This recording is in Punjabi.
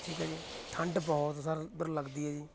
ਠੀਕ ਹੈ ਜੀ ਠੰਡ ਬਹੁਤ ਸਰ ਉੱਧਰ ਲੱਗਦੀ ਹੈ ਜੀ